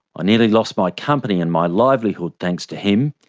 ah nearly lost my company and my livelihood thanks to him.